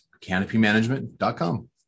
CanopyManagement.com